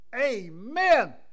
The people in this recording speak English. Amen